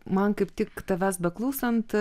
man kaip tik tavęs beklausant